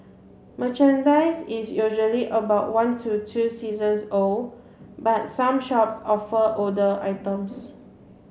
merchandise is usually about one to two seasons old but some shops offer older items